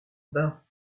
bain